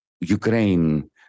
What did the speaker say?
Ukraine